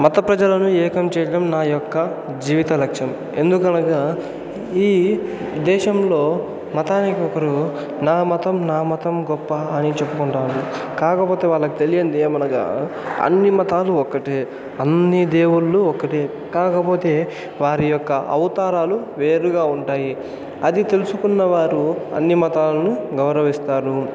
మతప్రజలను ఏకం చేయడం నా యొక్క జీవిత లక్ష్యం ఎందుకనగా ఈ దేశంలో మతానికి ఒకరు నా మతం నా మతం గొప్ప అని చెప్పుకుంటారు కాకపోతే వాళ్ళకు తెలియనిది ఏమనగా అన్నీ మతాలు ఒక్కటే అన్నీ దేవుళ్ళు ఒక్కటే కాకపోతే వారి యొక్క అవతారాలు వేరుగా ఉంటాయి అది తెలుసుకున్నవారు అన్ని మతాలను గౌరవిస్తారు